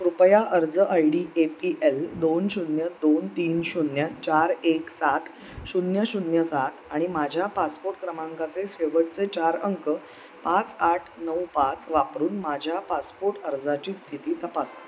कृपया अर्ज I D A P L दोन शून्य दोन तीन शून्य चार एक सात शून्य शून्य सात आणि माझ्या पासपोर्ट क्रमांकाचे शेवटचे चार अंक पाच आठ नऊ पाच वापरून माझ्या पासपोर्ट अर्जाची स्थिती तपासा